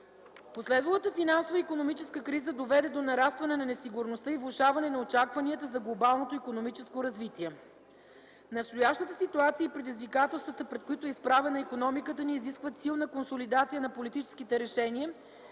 Последвалата финансова и икономическа криза доведе до нарастване на несигурността и влошаване на очакванията за глобалното икономическо развитие. Настоящата ситуация и предизвикателствата, пред които е изправена икономиката ни изискват силна консолидация на политическите решения,